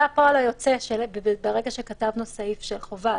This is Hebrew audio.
זה הפועל היוצא, ברגע שכתבנו סעיף שחובה.